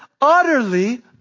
utterly